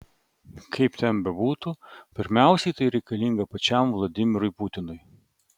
kaip ten bebūtų pirmiausiai tai reikalinga pačiam vladimirui putinui